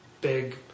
big